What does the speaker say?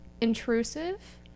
intrusive